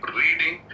reading